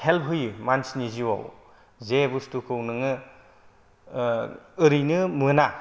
help होयो मानसिनि जिउआव जे बसथुखौ नोङो ओरैनो मोना